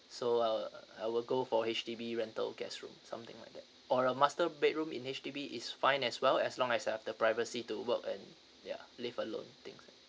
so uh I will go for H_D_B rental guest room something like that or a master bedroom in H_D_B is fine as well as long as uh the privacy to work and ya live alone things like that